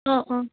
অঁ অঁ